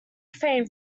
refrain